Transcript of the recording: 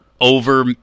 over